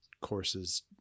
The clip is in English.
courses